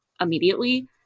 immediately